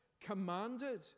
commanded